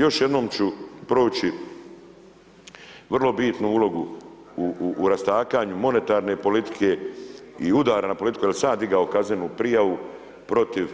Još jednom ću proći vrlo bitnu ulogu u rastakanju monetarne politike i udara na politiku jer sam ja digao kaznenu prijavu protiv